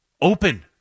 open